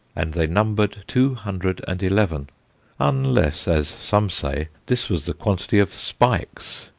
and they numbered two hundred and eleven unless, as some say, this was the quantity of spikes,